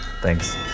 Thanks